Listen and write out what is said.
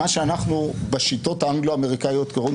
מה שאנחנו בשיטות האנגלו-אמריקניות קוראים